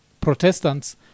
Protestants